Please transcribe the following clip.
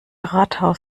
rathaus